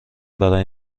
برای